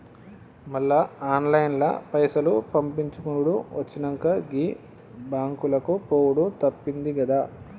మళ్ల ఆన్లైన్ల పైసలు పంపిచ్చుకునుడు వచ్చినంక, గీ బాంకులకు పోవుడు తప్పిందిగదా